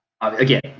again